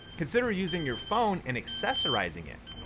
consider using your phone and accessorizing it.